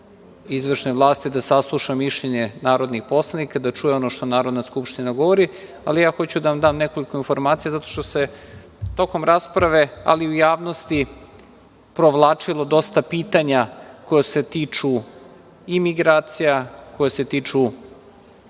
izvršne vlasti, da sasluša mišljenje narodnih poslanika, da čuje ono što Narodna Skupština govori, ali ja hoću da vam dam nekoliko informacija, zato što se tokom rasprave, ali i u javnosti provlačilo dosta pitanja koja se tiču i migracija, koja se tiču